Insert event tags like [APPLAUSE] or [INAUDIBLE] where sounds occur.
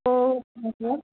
so [UNINTELLIGIBLE]